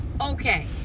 okay